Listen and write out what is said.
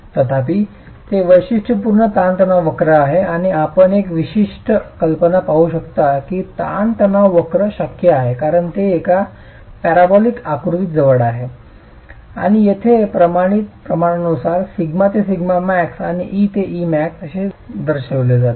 तथापि ते वैशिष्ट्यपूर्ण ताण तणाव वक्र आहे आणि आपण एक विशिष्ट कल्पना पाहू शकता की ताण तणाव वक्र शक्य आहे कारण ते एका पॅराबोलिक आकृतीच्या जवळ आहे आणि येथे प्रमाणित प्रमाणानुसार σ ते σmax आणि ε ते εmax असे दर्शविले जाते